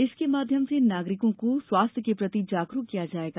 इसके माध्यम से नागरिकों को स्वास्थ्य के प्रति जागरूक किया जायेगा